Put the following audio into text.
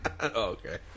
Okay